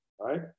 right